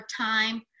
time